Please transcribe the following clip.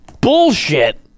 Bullshit